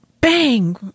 bang